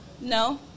No